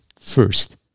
first